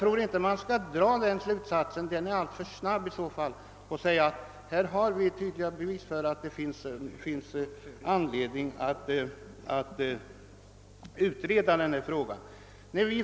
Därav kan man inte dra den slutsatsen — den är i så fall alltför snabb — att det finns anledning att utreda frågan om en åkerreserv.